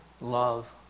love